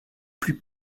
plus